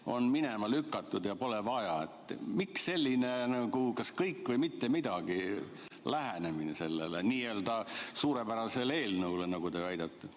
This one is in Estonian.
on minema lükanud ja seda pole vaja. Miks selline kas-kõik-või-mitte-midagi-lähenemine sellele n-ö suurepärasele eelnõule, nagu te väidate?